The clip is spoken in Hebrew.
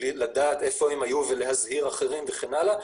לדעת איפה הם היו ולהזהיר אחרים וכן הלאה,